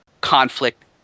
conflict